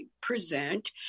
present